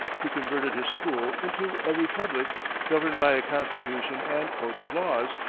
he converted his school into a republic governed by a constitution and code of laws,